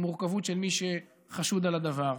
עם מורכבות של מי שחשוד על הדבר,